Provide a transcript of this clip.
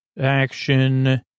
action